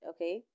Okay